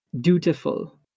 dutiful